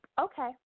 Okay